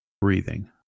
breathing